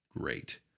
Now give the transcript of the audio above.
great